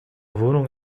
wohnung